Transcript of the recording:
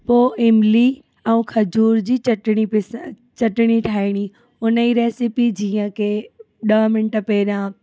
पो इमली ऐं खजूर जी चटणी पिसाए चटणी ठाहिणी उन जी रेसिपी जीअं की ॾह मिंट पहिरियों